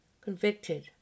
convicted